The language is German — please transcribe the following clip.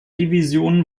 division